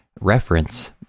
reference